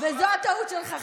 וזו הטעות שלך,